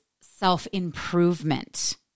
self-improvement